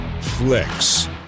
flex